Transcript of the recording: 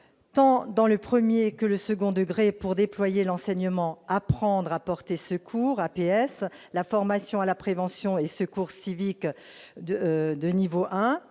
tant dans le premier que dans le second degré, pour déployer l'enseignement« apprendre à porter secours »,APS, la formation « prévention et secours civiques de niveau 1